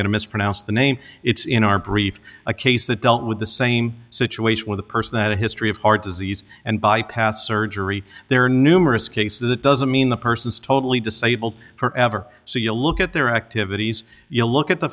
to mispronounce the name it's in our brief a case that dealt with the same situation where the person that a history of heart disease and bypass surgery there are numerous cases it doesn't mean the person is totally disabled forever so you look at their activities you look at the